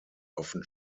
often